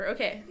Okay